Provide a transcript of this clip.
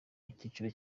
icyiciro